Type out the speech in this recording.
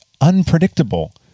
unpredictable